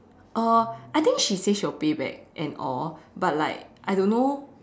uh I think she say she will pay back and all but like I don't know